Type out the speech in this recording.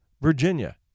Virginia